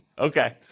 Okay